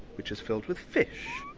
which is filled with fish.